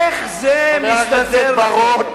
מסתדר לכם.